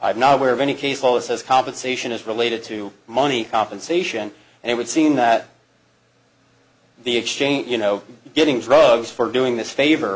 i've not aware of any case all this as compensation is related to money compensation and it would seem that the exchange you know getting drugs for doing this favor